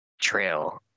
trail